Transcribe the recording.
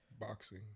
Boxing